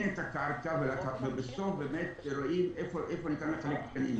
את הקרקע ובסוף רואים איפה ניתן לחלק תקנים.